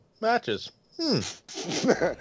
matches